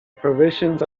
provisions